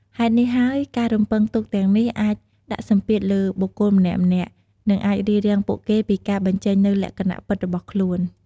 ហេតុនេះហើយការរំពឹងទុកទាំងនេះអាចដាក់សម្ពាធលើបុគ្គលម្នាក់ៗ និងអាចរារាំងពួកគេពីការបញ្ចេញនូវលក្ខណៈពិតរបស់ខ្លួន។